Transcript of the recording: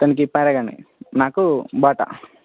తననికి పరగనే నాకు బాటా